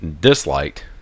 disliked